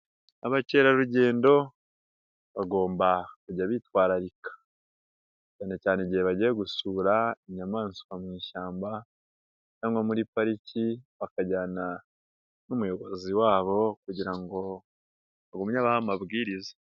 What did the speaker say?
Abakerarugendo bagomba kujya bitwararika, cyane cyane igihe bagiye gusura inyamaswa mu ishyamba cyangwa muri pariki bakajyana n'umuyobozi wabo kugira ngo agumye abahe amabwiriza.